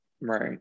right